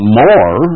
more